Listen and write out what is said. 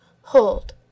hold